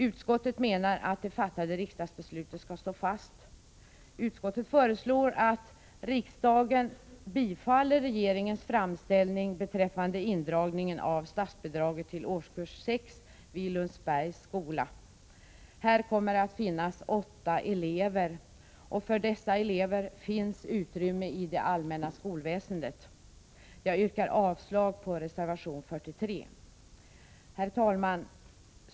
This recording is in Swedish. Utskottet menar att det fattade riksdagsbeslutet skall stå fast. Utskottet föreslår att riksdagen bifaller regeringens förslag beträffande indragningen av statsbidraget till årskurs sex vid Lundsbergs skola. Här kommer att finnas åtta elever. För dessa elever finns utrymme i det allmänna skolväsendet. Herr talman!